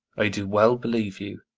i do well believe you.